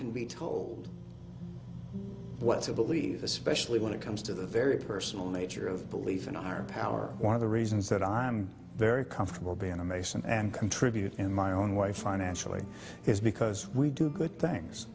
can be told what to believe especially when it comes to the very personal nature of belief in our power one of the reasons that i'm very comfortable being a mason and contribute in my own way financially is because we do good things